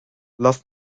lass